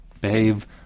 behave